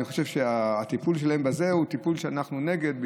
אני חושב שהטיפול שלהם בזה הוא טיפול שאנחנו נגדו,